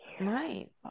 Right